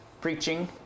preaching